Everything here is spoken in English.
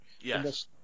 Yes